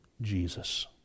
Jesus